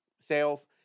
sales